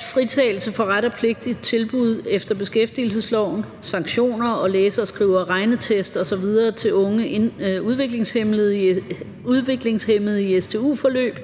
Fritagelse for ret og pligt-tilbud efter beskæftigelsesloven, for sanktioner og for læse-, skrive- og regnetest osv. for unge udviklingshæmmede i stu-forløb